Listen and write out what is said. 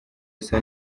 asa